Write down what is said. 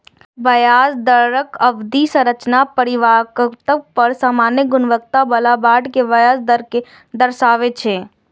ब्याज दरक अवधि संरचना परिपक्वता पर सामान्य गुणवत्ता बला बांड के ब्याज दर कें दर्शाबै छै